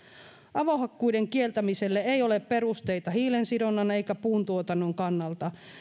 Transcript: avohakkuiden kieltämiselle ei ole perusteita hiilensidonnan eikä puuntuotannon kannalta